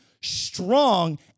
strong